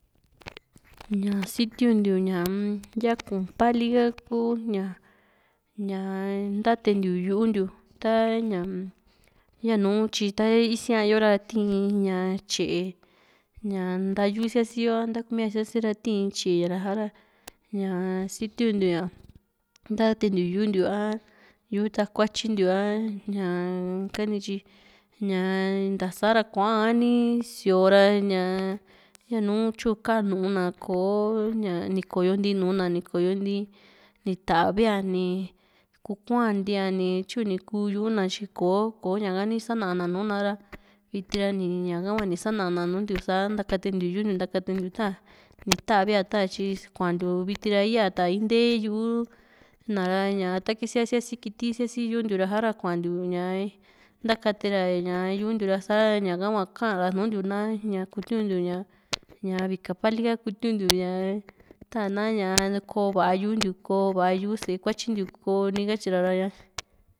ña sitintiu ñaa yaku paali ku´ña ñaa ntatentiu yu´u ntiu ta ñaa yanu tyi ta isiayo ra tii´n ña tye´e ña ntayu sia´si yo a ntakumia sia´se ra tii tye´e ra sa´ra ña sitiuntiu ña ntatentiu yu´u ntiu a yu´u takuatyi ntiu a ña´ka ni tyi ñaa ntasa ra koa ni sio ra ñaa yanu tyuu´n ka nu´u na kò´o ni koyo nu´u na ni koyo nti ni tavi´a ni ku kua´an ntia tyuu kuu´ña yu´u na tyi kò´o ko ña´ka ni sana nùù na´ha viti ri ni ña´ka hua ni sana nùù ntiu na ntakate ntiu yu´u ntiu ntakatentiu ta ni tavia ta ni tyi kuantiu viti ra yaa ya ntee yu´u na ra ta kisia sia, si kiti siasi yu´u ntiu sa´ra kuantiu ñaa ntakate ra yu´u ntiu ña ka hua ka´a ra nuntiu na ñaa kutiuntiu ña ña vika pali ka kutiuntiu ña ta´na ñaa ko va´a yu´u ntiu ko va´a yu´u sée ntiu.